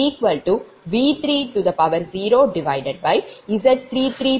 35 j2